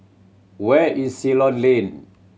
where is Ceylon Lane